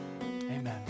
Amen